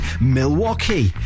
Milwaukee